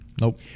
Nope